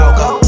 go